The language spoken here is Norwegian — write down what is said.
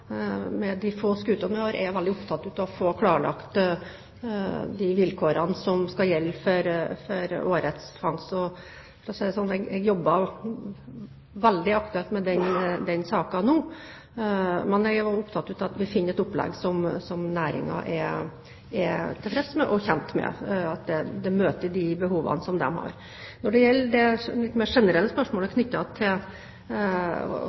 med de få skutene en har, er veldig opptatt av å få klarlagt de vilkårene som skal gjelde for årets fangst. For å si det slik: Jeg jobber veldig aktivt med den saken nå. Jeg er også opptatt av at vi finner et opplegg som næringen er tilfreds med og kjent med, og at det møter de behovene de har. Når det gjelder det litt mer generelle spørsmålet